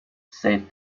said